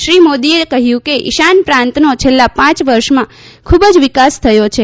શ્રી મોદીએ કહ્યુંકે ઈશાન પ્રાંતનો છેલ્લાં પાંચ વર્ષમાં ખૂબ જ વિકાસ થયો છે